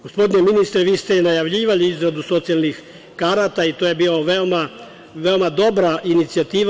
Gospodine ministre, vi ste najavljivali izradu socijalnih karata i to je bila veoma dobra inicijativa.